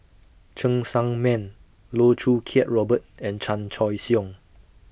Cheng Tsang Man Loh Choo Kiat Robert and Chan Choy Siong